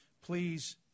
Please